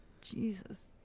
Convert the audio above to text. Jesus